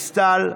גלית דיסטל,